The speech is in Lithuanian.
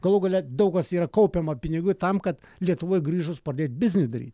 galų gale daug kas yra kaupiama pinigų tam kad lietuvoj grįžus pradėt biznį daryti